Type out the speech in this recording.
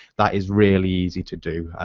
that is really easy to do.